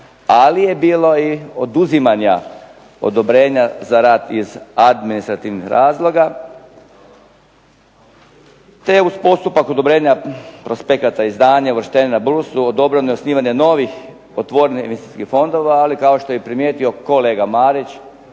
ali je bilo i oduzimanja odobrenja za rad iz administrativnih razloga, te uz postupak odobrenja prospekata …/Ne razumije se./… burzu odobreno je osnivanje novih otvorenih investicijskih fondova, ali kao što je i primijetio kolega Marić